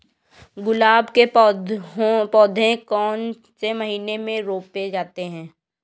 गुलाब के पौधे कौन से महीने में रोपे जाते हैं?